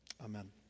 Amen